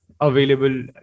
available